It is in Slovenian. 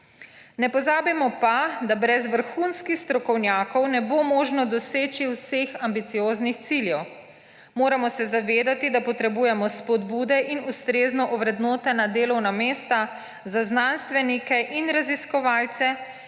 Ne pozabimo pa, da brez vrhunskih strokovnjakov ne bo možno doseči vseh ambicioznih ciljev. Moramo se zavedati, da potrebujemo spodbude in ustrezno ovrednotena delovna mesta za znanstvenike in raziskovalce,